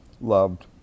loved